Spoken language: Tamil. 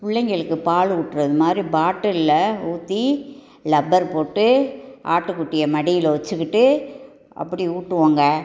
பிள்ளைங்களுக்கு பால் ஊற்றுது மாதிரி பாட்லில் ஊற்றி லப்பர் போட்டு ஆட்டு குட்டியை மடியில் வச்சுக்கிட்டு அப்படி ஊட்டுவோங்க